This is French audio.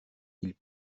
ils